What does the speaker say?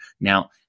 Now